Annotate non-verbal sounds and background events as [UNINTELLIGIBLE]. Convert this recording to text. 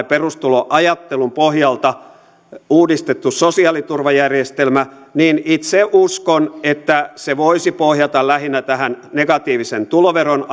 [UNINTELLIGIBLE] perustuloajattelun pohjalta uudistettu sosiaaliturvajärjestelmä niin itse uskon että se voisi pohjata lähinnä tähän negatiivisen tuloveron [UNINTELLIGIBLE]